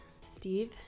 Steve